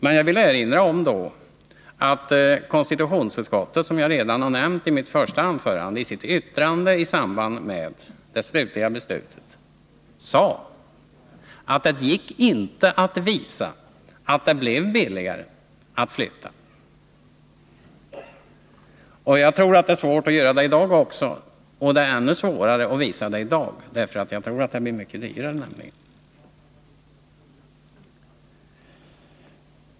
Men då vill jag erinra om att finansutskottet, som jag nämnde redan i mitt första anförande, i sitt yttrande i samband med det slutliga beslutet sade att det inte gick att visa att det blir billigare att flytta. Det är svårt att visa det i dag också, t.o.m. ännu svårare, för jag tror nämligen att det blir mycket dyrare.